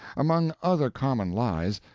among other common lies,